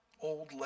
old